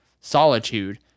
solitude